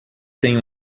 tem